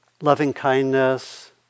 loving-kindness